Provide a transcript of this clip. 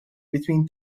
between